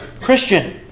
Christian